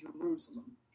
Jerusalem